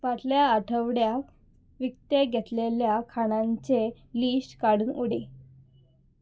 फाटल्या आठवड्याक विकतें घेतलेल्या खाणांचें लिस्ट काडून उडय